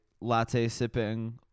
latte-sipping